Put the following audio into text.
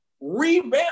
revamp